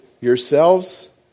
yourselves